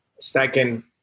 Second